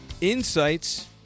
Insights